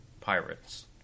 pirates